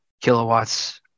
kilowatts